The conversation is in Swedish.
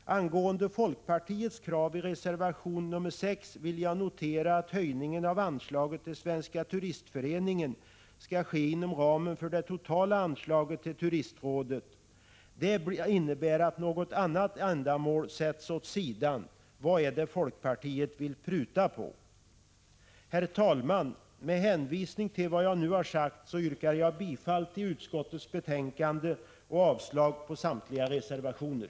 När det gäller folkpartiets krav i reservation 6 vill jag notera att höjningen av anslaget till Svenska turistföreningen skall ske inom ramen för det totala anslaget till turistrådet. Det innebär att något annat ändamål sätts åt sidan. Vad är det folkpartiet vill pruta på? Herr talman! Med hänvisning till vad jag nu sagt yrkar jag bifall till utskottets hemställan och avslag på samtliga reservationer.